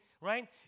right